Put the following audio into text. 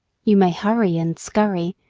you may hurry and scurry,